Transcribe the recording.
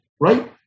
right